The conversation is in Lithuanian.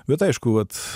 bet aišku vat